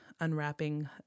unwrapping